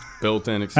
Built-in